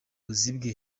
politiki